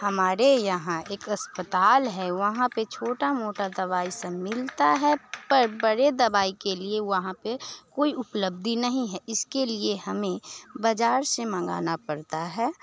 हमारे यहाँ एक अस्पताल है वहाँ पर छोटी मोटी दवाई सब मिलती है पर बड़े दवाई के लिए वहाँ पर कोई उपलब्धि नहीं है इसके लिए हमें बज़ार से मंगाना पड़ता है